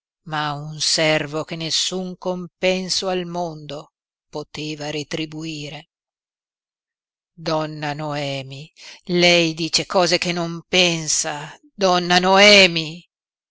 ma un servo che nessun compenso al mondo poteva retribuire donna noemi lei dice cose che non pensa donna noemi